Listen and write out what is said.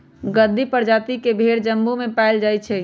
गद्दी परजाति के भेड़ जम्मू में पाएल जाई छई